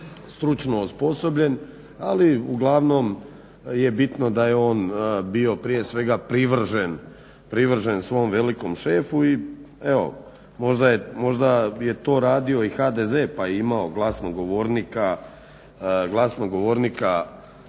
stručno osposobljen, ali uglavnom je bitno da je on bio prije svega privržen svom velikom šefu i možda je to radio i HDZ pa je imao glasnogovornika